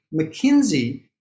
mckinsey